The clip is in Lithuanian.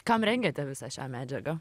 kam rengiate visą šią medžiagą